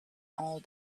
all